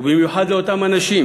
ובמיוחד לאותם אנשים